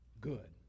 Good